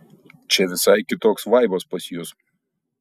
čia visai kitoks vaibas pas jus